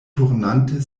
turnante